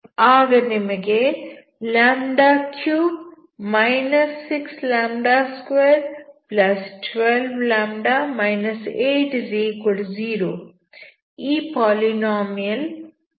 ಆಗ ನಿಮಗೆ 3 6212λ 80 ಈ ಪಾಲಿನಾಮಿಯಲ್ ಸಿಗುತ್ತದೆ